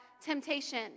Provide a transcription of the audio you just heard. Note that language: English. temptation